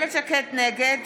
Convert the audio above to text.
נגד